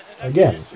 Again